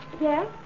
Yes